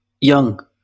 young